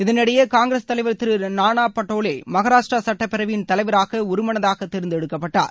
இதனிடையே காங்கிரஸ் தலைவர் திரு நானா பட்டோலோ மகாராஷ்டிரா சுட்டப்பேரவையின் தலைவராக ஒருமனதாக தேர்ந்தெடுக்கப்பட்டார்